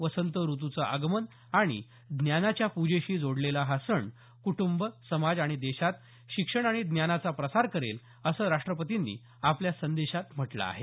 वसंत ऋतूचं आगमन आणि ज्ञानाच्या पूजेशी जोडलेला हा सण कूटंब समाज आणि देशात शिक्षण आणि ज्ञानाचा प्रसार करेल असं राष्ट्रपतींनी आपल्या संदेशात म्हटलं आहे